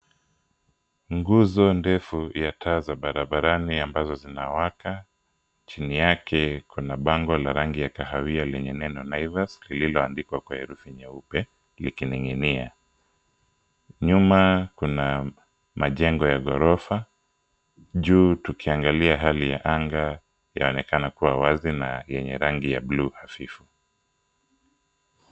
Nguzo ndefu, ya taa za barabarani ambazo zinawaka, chini yake, kuna bango la rangi ya kahawia lenye neno naivas, lililoandikwa kwa herufi nyeupe, likining'inia. Nyuma kuna majengo ya ghorofa, juu tukiangalia hali ya anga yaonekana kuwa wazi, na yenye rangi hafifu.